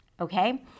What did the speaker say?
okay